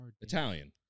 Italian